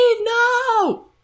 no